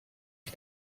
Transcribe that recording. ich